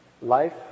Life